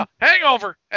Hangover